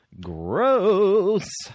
Gross